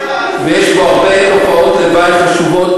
ויש בו הרבה תופעות לוואי חשובות,